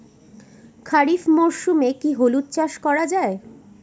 খরিফ মরশুমে কি হলুদ চাস করা য়ায়?